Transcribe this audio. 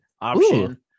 option